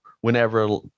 whenever